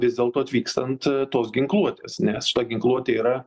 vis dėlto atvykstant tos ginkluotės nes šita ginkluotė yra